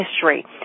history